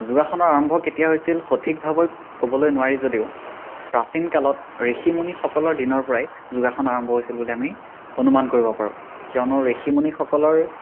যোগাসনৰ আৰম্ভ কেতিয়া হৈছিল সঠিকভাৱে ক'বলৈ নোৱাৰি যদিও প্ৰাচীনকালত ঋষিমুনিসকলৰ দিনৰ পৰাই যোগাসন আৰম্ভ হৈছিল বুলি আমি অনুমান কৰিব পাৰোঁ কিয়নো ঋষিমুনিসকলৰ